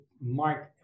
mark